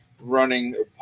running